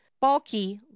bulky